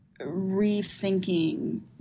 rethinking